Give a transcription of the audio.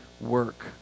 work